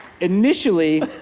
Initially